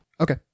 Okay